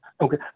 Okay